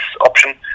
option